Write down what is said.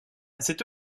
cette